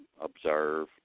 observe